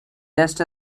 just